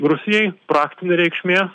rusijai praktinė reikšmė